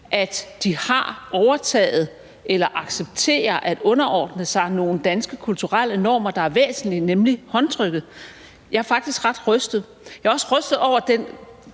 at de har overtaget eller accepterer at underordne sig nogle danske kulturelle normer, der er væsentlige, nemlig håndtrykket. Jeg er faktisk ret rystet. Jeg er også rystet over den